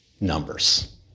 numbers